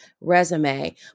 resume